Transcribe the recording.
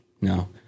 No